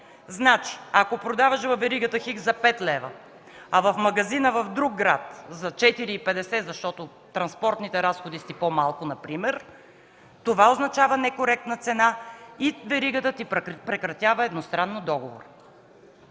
Значи, ако продаваш във веригата „Х” за пет лева, а в магазина в друг град – за 4,5 лв., защото транспортните разходи са ти по-малко например, това означава некоректна цена и веригата ти прекратява едностранно договора.